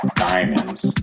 diamonds